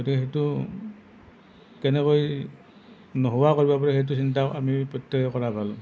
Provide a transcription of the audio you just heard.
গতিকে সেইটো কেনেকৈ নোহোৱা কৰিব পাৰি সেইটো চিন্তা আমি প্ৰত্যেকেই কৰা ভাল